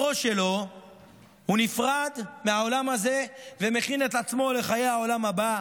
בראש שלו הוא נפרד מהעולם הזה ומכין את לעצמו לחיי העולם הבא,